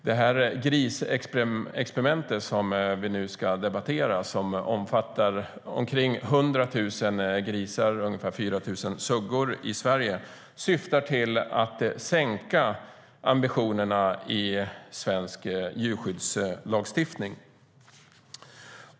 Det grisexperiment vi nu ska debattera, och som omfattar omkring 100 000 grisar och ungefär 4 000 suggor i Sverige, syftar nämligen till att sänka ambitionerna i svensk djurskyddslagstiftning.